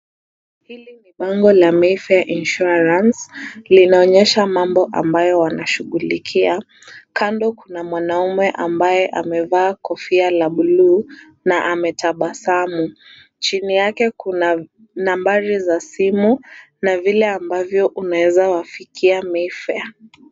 Hili ni bango la Mayfair insurance . Linaonyesha mambo ambayo wanashughulikia. Kando kuna mwanaume ambaye amevaa kofia la buluu na ametabasamu. Chini yake kuna nambari za simu na vile ambavyo unaweza wafikia Mayfair.